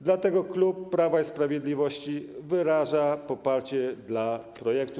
Dlatego klub Prawa i Sprawiedliwości wyraża poparcie dla projektu.